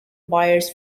buyers